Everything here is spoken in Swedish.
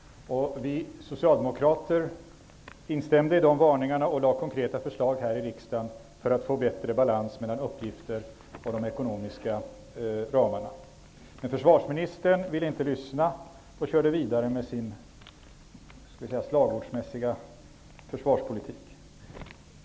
Vi socialdemokrater instämde i de varningarna och lade fram konkreta förslag här i riksdagen för att få bättre balans mellan uppgifterna och de ekonomiska ramarna. Men försvarsministern ville inte lyssna, utan körde vidare med sin slagordsmässiga försvarspolitik.